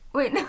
Wait